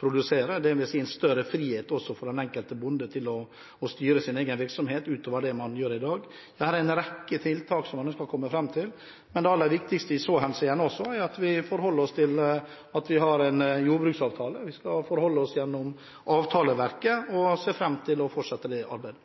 produserer, dvs. en større frihet for den enkelte bonde til å styre sin egen virksomhet utover det man gjør i dag. Det er en rekke tiltak man ønsker å komme fram til. Men det aller viktigste i så henseende er at vi forholder oss til det at vi har en jordbruksavtale. Vi skal forholde oss til avtaleverket, og vi ser fram til å fortsette det arbeidet.